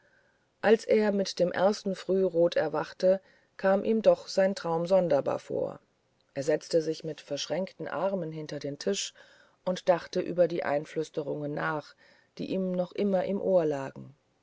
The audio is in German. als er aber mit dem ersten frührot erwachte kam ihm doch sein traum sonderbar vor er setzte sich mit verschränkten armen hinter den tisch und dachte über die einflüsterungen nach die ihm noch immer im ohr lagen